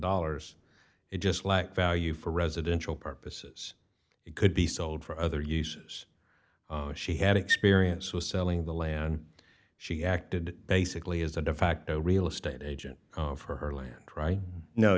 dollars it just lacked value for residential purposes it could be sold for other uses she had experience with selling the land she acted basically as a defacto real estate agent for her land right no